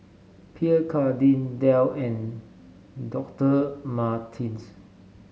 Pierre Cardin Dell and Doctor Martens